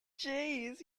jeez